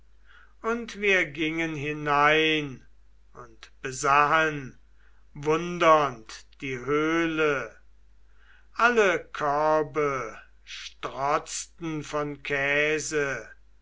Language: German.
und wir gingen hinein und besahen wundernd die höhle alle körbe strotzten von käse